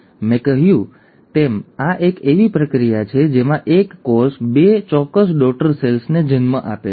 મેં કહ્યું તેમ આ એક એવી પ્રક્રિયા છે જેમાં એક કોષ બે ચોક્કસ ડૉટર સેલ્સને જન્મ આપે છે